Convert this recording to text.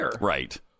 right